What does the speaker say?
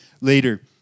later